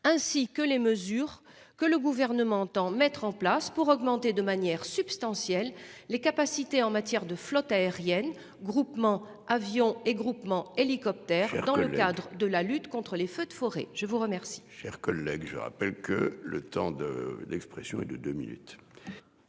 précisiez les mesures que le Gouvernement entend mettre en place pour augmenter de manière substantielle les capacités de la flotte aérienne- groupement « avions » et groupement « hélicoptères »-, dans le cadre de la lutte contre les feux de forêt. Mes chers